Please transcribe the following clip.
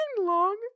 long